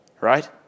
Right